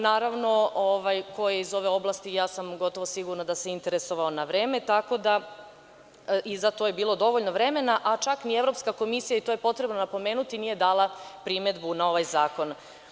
Naravno, ko je iz ove oblasti, ja sam gotovo sigurna da se interesovao na vreme, tako da i za to je bilo dovoljno vremena, a čak ni Evropska komisija i to je potrebno napomenuti, nije dala primedbu na ovaj zakon.